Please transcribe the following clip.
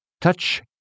Touch